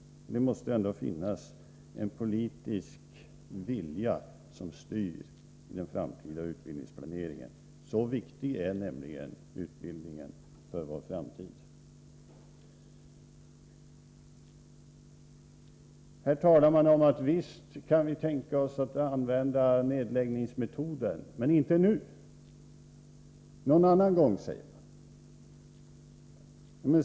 Det måste ändå finnas en politisk vilja som styr i den framtida utbildningsplaneringen. Så viktig är nämligen utbildningen för vår framtid. Här talar man om att visst kan vi tänka oss att använda nedläggningsmetoden, men inte nu. Någon annan gång, säger man.